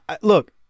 look